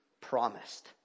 promised